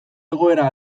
egoera